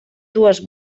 dues